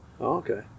okay